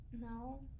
No